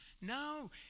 no